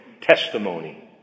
testimony